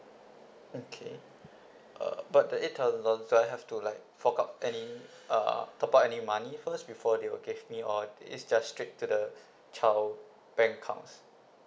okay uh but the eight thousand dollars do I have to like fork out any uh top up any money first before they will give me or it's just straight to the child bank account